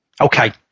Okay